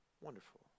wonderful